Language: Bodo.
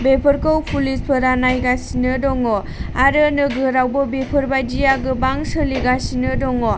बेफोरखौ पुलिसफोरा नायगासिनो दङ आरो नोगोरावबो बेफोरबायदिया गोबां सोलिगासिनो दङ